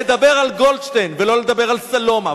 לדבר על גולדשטיין ולא לדבר על סלומה,